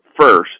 first